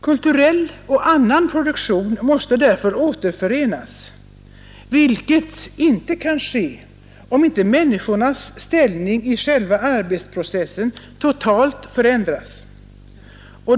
Kulturell och annan produktion måste därför återförenas, vilket inte kan ske om inte människornas ställning i själva arbetsprocessen totalt förändras.